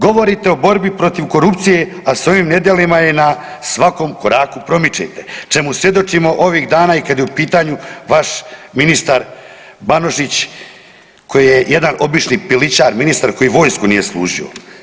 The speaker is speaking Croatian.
Govorite o borbi protiv korupcije, a sa ovim nedjelima je i na svakom koraku promičete čemu svjedočimo ovih dana i kad je u pitanju vaš ministar Banožić koji je jedan obični „pilićar“, ministar koji vojsku nije služio.